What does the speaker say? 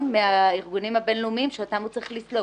מהארגונים הבין-לאומיים שאותם הוא צריך לסלוק.